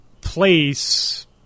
place